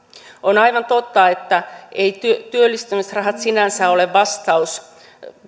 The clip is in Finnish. on aivan totta että eivät työllistämisrahat sinänsä ole